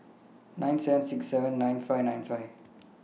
nine seven six seven nine five nine five